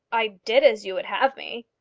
i did as you would have me.